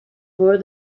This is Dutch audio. voor